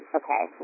okay